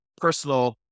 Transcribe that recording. personal